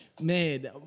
Man